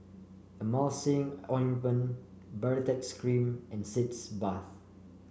Emulsying Ointment Baritex Cream and Sitz Bath